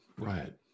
Right